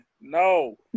No